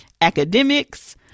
academics